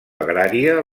agrària